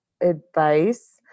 advice